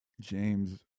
James